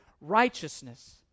righteousness